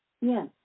Yes